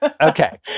okay